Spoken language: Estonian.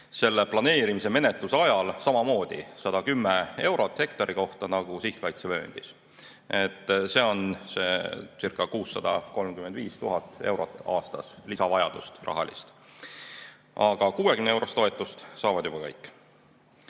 planeerimismenetluse ajal samamoodi 110 eurot hektari kohta nagu sihtkaitsevööndis. See oncirca635 000 eurot aastas lisavajadust, rahalist. Aga 60‑eurost toetust saavad juba kõik.